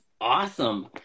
awesome